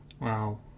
Wow